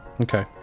Okay